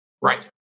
Right